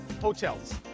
hotels